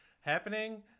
happening